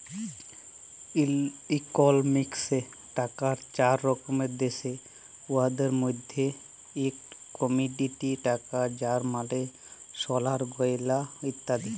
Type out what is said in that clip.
ইকলমিক্সে টাকার চার রকম দ্যাশে, উয়াদের মইধ্যে ইকট কমডিটি টাকা যার মালে সলার গয়লা ইত্যাদি